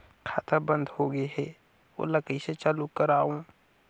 खाता बन्द होगे है ओला कइसे चालू करवाओ?